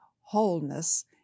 wholeness